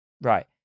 Right